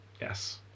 Yes